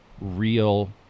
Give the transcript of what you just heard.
real